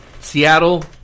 Seattle